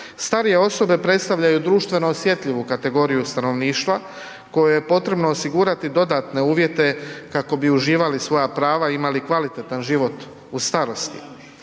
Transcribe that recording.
Starije osobe predstavljaju društveno osjetljivu kategoriju stanovništva kojem je potrebno osigurati dodatne uvjete kako bi uživali svoja prava i imali kvalitetan život u starosti.